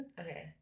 Okay